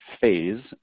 phase